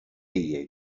ایه